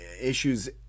issues